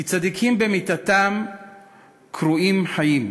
כי צדיקים במיתתם קרויים חיים.